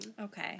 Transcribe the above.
Okay